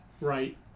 Right